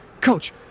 Coach